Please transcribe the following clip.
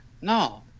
No